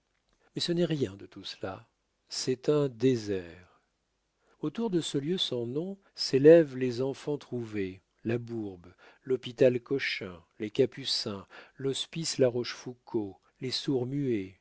mais ce n'est rien de tout cela c'est un désert autour de ce lieu sans nom s'élèvent les enfants-trouvés la bourbe l'hôpital cochin les capucins l'hospice la rochefoucault les sourds-muets